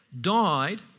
died